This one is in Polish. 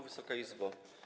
Wysoka Izbo!